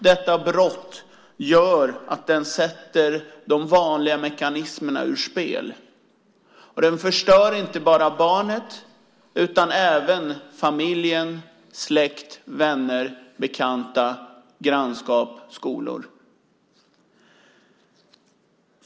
Detta brott gör att de vanliga mekanismerna sätts ur spel, och det förstör inte bara barnet utan även familjen, släkt, vänner, bekanta, grannskap och skolor.